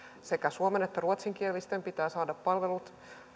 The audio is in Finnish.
sekä suomen että ruotsinkielisten pitää saada palvelut